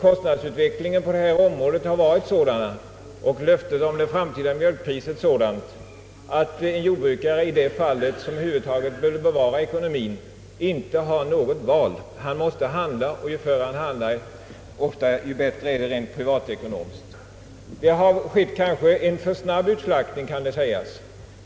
Kostnadsutvecklingen på detta område har varit sådan och uttalandena om det framtida mjölkpriset sådana att en jordbrukare som över huvud taget vill bevara ekonomien icke har något val. Han måste handla, och ju förr han handlar desto bättre är det för honom rent privatekonomiskt. Det kan naturligtvis sägas att det har skett en för snabb utslaktning,